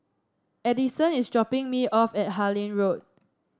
Addyson is dropping me off at Harlyn Road